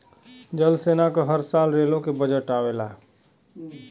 जल सेना क हर साल रेलो के बजट आवला